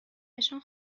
نشان